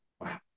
Wow